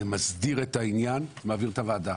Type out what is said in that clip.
זה מסדיר את העניין ומעביר את הוועדה.